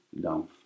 down